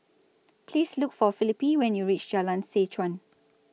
Please Look For Felipe when YOU REACH Jalan Seh Chuan